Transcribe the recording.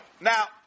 Now